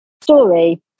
story